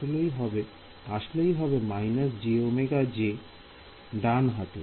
আসলেই হবে − jωJ ডান হাতে